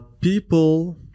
people